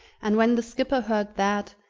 and when the skipper heard that,